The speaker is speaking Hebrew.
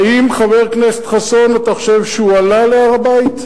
האם, חבר הכנסת חסון, אתה חושב שהוא עלה להר-הבית?